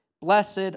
blessed